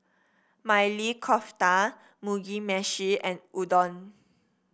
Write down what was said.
Maili Kofta Mugi Meshi and Udon